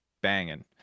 banging